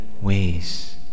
ways